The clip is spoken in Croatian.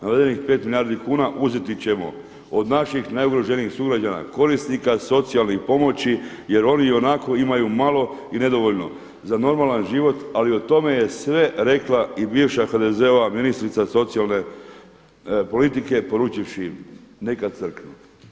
Navedenih 5 milijardi kuna uzeti ćemo od naših najugroženijih sugrađana, korisnika socijalnih pomoći jer oni ionako imaju malo i nedovoljno za normalan život, ali o tome je sve rekla i bivša HDZ-ova ministrica socijalne politike poručivši im neka crknu.